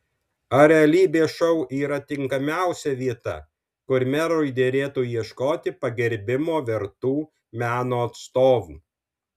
ar realybės šou yra tinkamiausia vieta kur merui derėtų ieškoti pagerbimo vertų meno atstovų